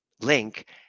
link